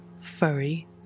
furry